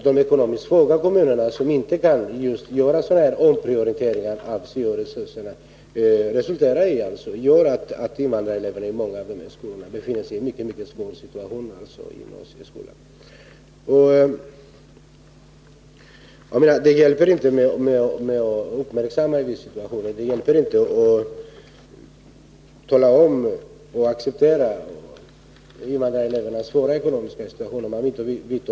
De ekonomiskt svaga kommunerna kan inte göra omprioriteringar av syo-resurserna, och därför befinner sig invandrareleverna på många håll i en svår situation i gymnasieskolan. Det hjälper inte att bara uppmärksamma situationen, det hjälper inte att bara tala om invandrarelevernas svåra läge och acceptera förhållandena.